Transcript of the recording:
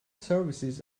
services